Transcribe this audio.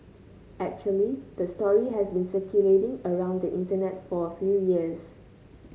actually the story has been circulating around the Internet for a few years